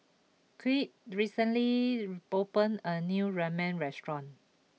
Kirt recently opened a new Ramen restaurant